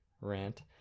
rant